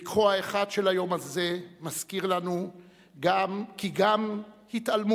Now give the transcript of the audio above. לקחו האחד של היום הזה מזכיר לנו כי גם התעלמות,